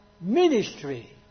ministry